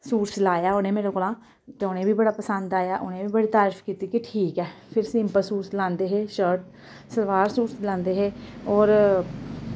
suit सिलाया उनैं मेरे कोला ते उनें वी बड़ा पसंद आया उनैं वी बड़ी तारीफ कीती कि ठीक ऐ फिर सिंपल सूट सिलांदे हे शर्ट सलवार सूट सिलांदे हे और